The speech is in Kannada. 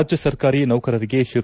ರಾಜ್ಯ ಸರ್ಕಾರಿ ನೌಕರರಿಗೆ ಶೇ